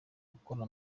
gukora